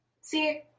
See